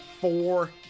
four